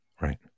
Right